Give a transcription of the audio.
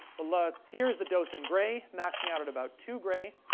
ah like here is the dose in gray, maxing out at about two gray.